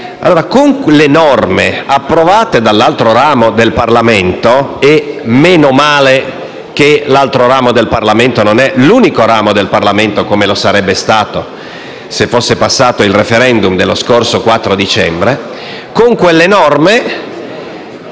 Con le norme approvate dall'altro ramo del Parlamento - e meno male che l'altra Camera non sia l'unico ramo del Parlamento, come lo sarebbe stato se fosse passato il *referendum* dello scorso 4 dicembre - è sufficiente